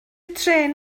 trên